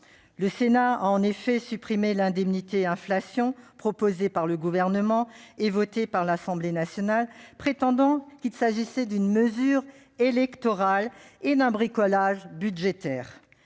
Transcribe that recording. Le Sénat a en effet supprimé l'indemnité inflation proposée par le Gouvernement et votée par l'Assemblée nationale, prétendant qu'il s'agissait d'une mesure électorale et qu'elle relevait du bricolage budgétaire.